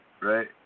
right